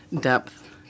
depth